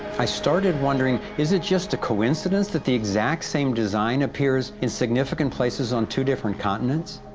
i started wondering, is it just a coincidence that the exact same design appears in significant places on two different continents?